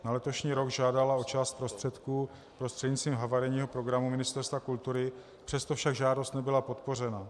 Na letošní rok žádala o část prostředků prostřednictvím havarijního programu Ministerstva kultury, přesto však žádost nebyla podpořena.